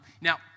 Now